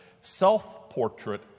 Self-Portrait